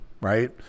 right